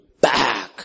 back